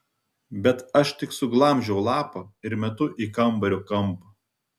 bet aš tik suglamžau lapą ir metu į kambario kampą